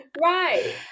Right